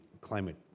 climate